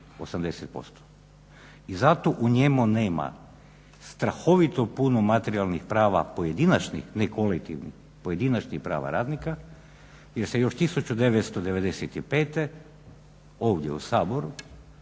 I zato u njemu nema strahovito puno materijalnih prava pojedinačnih, ne kolektivnih, pojedinačnih prava radnika jer se još 1995. ovdje u Saboru